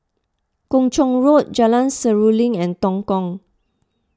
Kung Chong Road Jalan Seruling and Tongkang